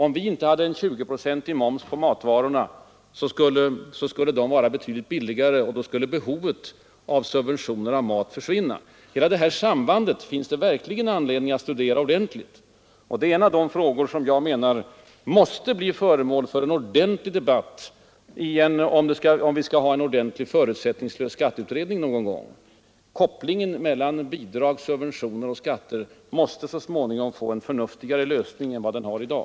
Om vi inte hade en nära 20-procentig moms på matvarorna, skulle de vara betydligt billigare. Då skulle behovet av subventioner till mat försvinna. Det finns verkligen anledning att ordentligt studera detta samband. Det är en av de frågor som måste bli föremål för en ordentlig debatt i en förutsättningslös skatteutredning. Kopplingen mellan bidrag, subventioner och skatter måste så småningom få en förnuftigare lösning än vi har i dag.